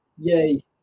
Yay